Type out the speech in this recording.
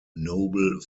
noble